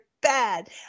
bad